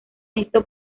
visto